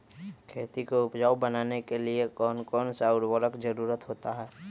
खेती को उपजाऊ बनाने के लिए कौन कौन सा उर्वरक जरुरत होता हैं?